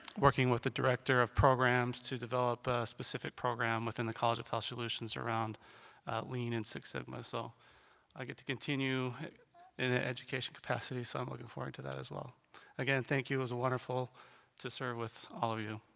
working with the director of programs to develop a specific program within the college of health solutions around lean and six sigma so i get to continue in an education capacity so, i'm looking forward to that. ah again, thank you it was a wonderful to serve with all of you.